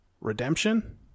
Redemption